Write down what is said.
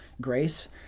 grace